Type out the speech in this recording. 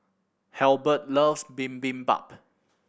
Halbert loves Bibimbap